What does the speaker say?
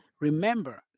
Remember